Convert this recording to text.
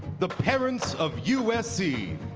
the parents of usc!